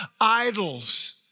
idols